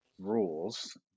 rules